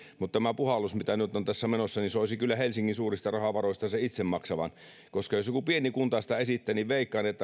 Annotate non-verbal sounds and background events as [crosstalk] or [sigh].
mutta tämän puhalluksen mikä tässä nyt on menossa soisin kyllä helsingin suurista rahavaroistaan itse maksavan koska jos joku pieni kunta sitä esittää niin veikkaan että [unintelligible]